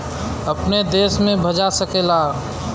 अपने देश में भजा सकला